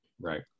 Right